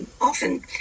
often